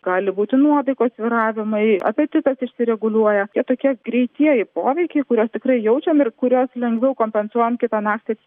gali būti nuotaikos svyravimai apetitas išsireguliuoja tie tokie greitieji poveikiai kuriuos tikrai jaučiam ir kuriuos lengviau kompensuojam kitą naktį